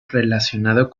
relacionado